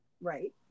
Right